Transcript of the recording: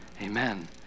Amen